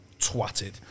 twatted